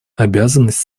обязанность